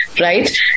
right